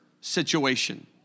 situation